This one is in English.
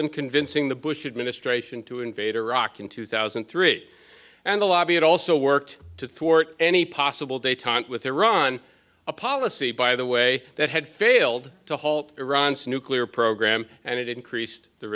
in convincing the bush administration to invade iraq in two thousand and three and the lobby it also worked to thwart any possible detente with iran a policy by the way that had failed to halt iran's nuclear program and it increased the